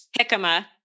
jicama